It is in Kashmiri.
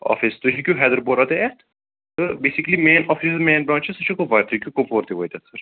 آفِس تُہۍ ہیٚکِو حیدر پُوراہ تہِ یِتھ تہٕ basically main office main branch چھُ سُہ چھُ کپوور تُہۍ ہیٚکِو کپوور تہِ وٲتِتھ سَر